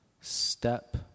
step